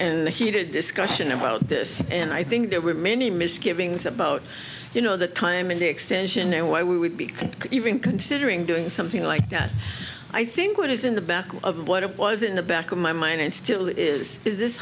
and heated discussion about this and i think there were many misgivings about you know the timing the extension and why we would be even considering doing something like that i think it is in the back of what it was in the back of my mind and still is is this